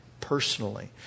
personally